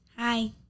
Hi